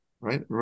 right